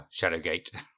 Shadowgate